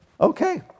Okay